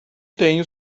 tenho